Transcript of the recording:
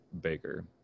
baker